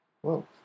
Whoa